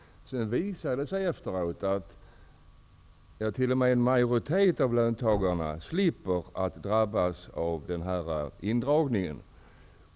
Senare har det visat sig att t.o.m. en majoritet av löntagarna slipper att drabbas av den här indragningen.